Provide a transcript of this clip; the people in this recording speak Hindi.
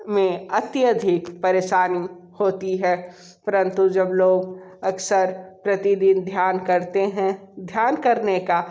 में अत्यधिक परेशानी होती है परंतु जब लोग अक्सर प्रतिदिन ध्यान करते हैं ध्यान करने का